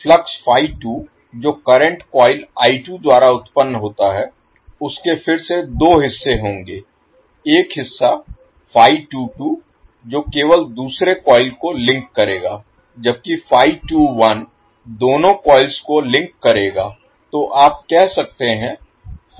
flux जो current coil द्वारा उत्पन्न होता है उसके फिर से दो हिस्से होंगे एक हिस्सा जो केवल दूसरे कॉइल को लिंक करेगा जबकि दोनों कॉइल्स को लिंक करेगा